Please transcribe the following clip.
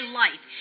life